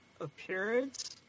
appearance